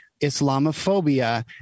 Islamophobia